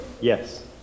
Yes